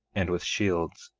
and with shields,